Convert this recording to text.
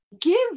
give